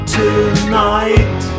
tonight